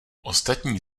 ostatní